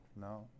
No